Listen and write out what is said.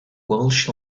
welsh